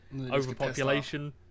Overpopulation